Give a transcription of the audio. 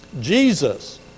Jesus